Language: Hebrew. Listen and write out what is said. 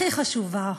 הכי חשובה: